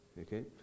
Okay